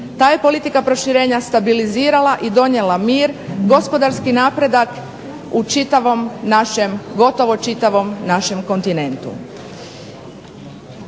Ta je politika proširenja stabilizirala i donijela mir, gospodarski napredak u čitavom našem, gotovo čitavom našem kontinentu.